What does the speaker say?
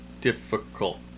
difficult